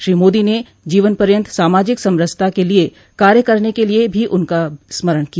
श्री मोदी ने जीवनपर्यंत सामाजिक समरसता के लिए कार्य करने के लिए भी उनका स्म्रण किया